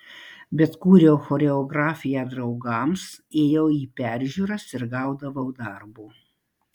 bet kūriau choreografiją draugams ėjau į peržiūras ir gaudavau darbo